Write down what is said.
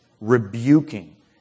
rebuking